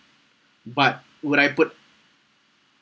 but would I put